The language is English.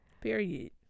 Period